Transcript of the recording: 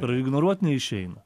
praignoruot neišeina